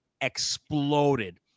exploded